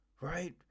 right